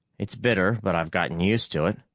it's bitter, but i've gotten used to it.